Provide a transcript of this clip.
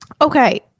Okay